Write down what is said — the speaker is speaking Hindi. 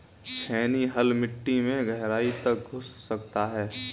छेनी हल मिट्टी में गहराई तक घुस सकता है